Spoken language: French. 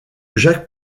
jacques